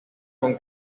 con